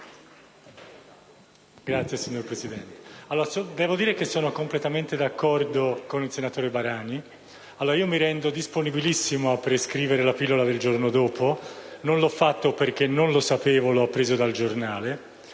parlare, signor Presidente.